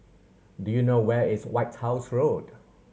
do you know where is White House Road